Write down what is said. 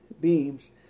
beams